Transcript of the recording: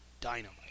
Dynamite